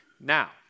Now